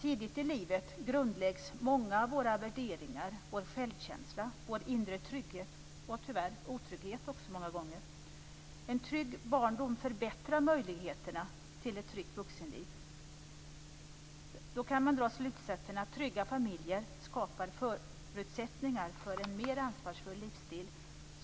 Tidigt i livet grundläggs många av våra värderingar, vår självkänsla, vår inre trygghet och tyvärr även otrygghet många gånger. En trygg barndom förbättrar möjligheterna till ett tryggt vuxenliv. Då kan man dra slutsatsen att trygga familjer skapar förutsättningar för en mer ansvarsfull livsstil